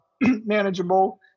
manageable